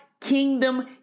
kingdom